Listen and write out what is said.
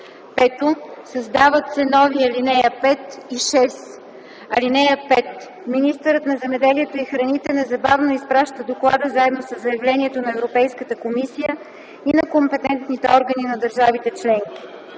5. Създават се нови ал. 5 и 6: „(5) Министърът на земеделието и храните незабавно изпраща доклада заедно със заявлението на Европейската комисия и на компетентните органи на държавите членки.